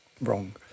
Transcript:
wrong